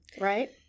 Right